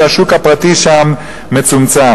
כי השוק הפרטי שם מצומצם.